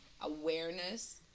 awareness